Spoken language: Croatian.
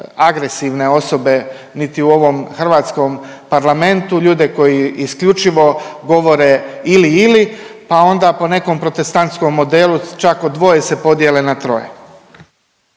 agresivne osobe niti u ovom Hrvatskom parlamentu, ljude koji isključivo govore ili, ili pa onda po nekom protestantskom modelu čak o dvoje se podijele na troje.